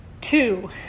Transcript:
Two